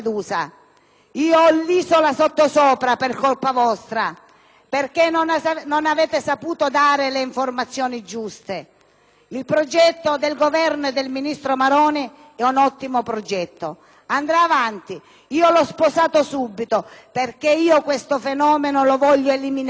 Io ho l'isola sottosopra per colpa vostra, perché non avete saputo dare le informazioni giuste. Il progetto del Governo e del ministro Maroni è ottimo. Andrà avanti. L'ho sposato subito perché questo fenomeno lo voglio eliminare.